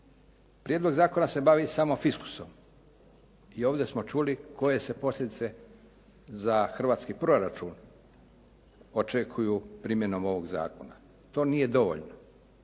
Prijedlog zakona se bavi samo fiskusom. I ovdje smo čuli koje se posljedice za hrvatski proračun očekuju primjenom ovog zakona. To nije dovoljno.